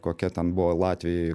kokia ten buvo latvijoj